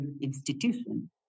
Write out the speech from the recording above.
institution